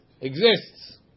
Exists